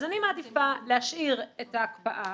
אז אני מעדיפה להשאיר את ההקפאה,